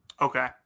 Okay